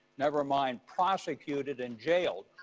never mind prosecuted and jailed.